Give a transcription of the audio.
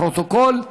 לפרוטוקול.